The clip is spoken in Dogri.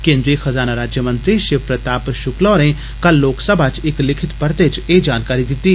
केंद्री खजाना राज्यमंत्री षिव प्रताप षुक्ला होरे कल लोकसभा च इक लिखित परते दरान एह जानकारी दित्ती